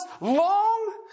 long